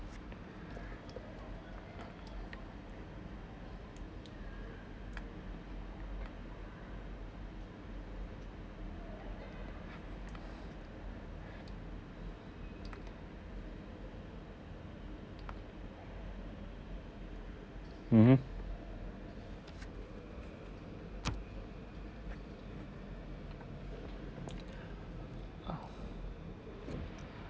mmhmm